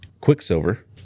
Quicksilver